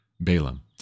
Balaam